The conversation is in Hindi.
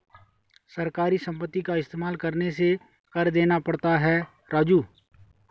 सरकारी संपत्ति का इस्तेमाल करने से कर देना पड़ता है राजू